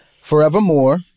forevermore